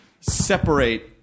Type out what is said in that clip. separate